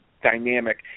dynamic